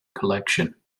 collection